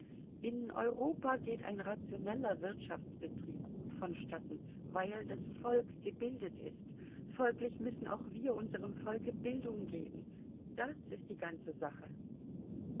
in europa geht ein rationeller wirtschaftsbetrieb gut vonstatten weil das volk gebildet ist folglich müssen auch wir unserem volke bildung geben das ist die ganze sache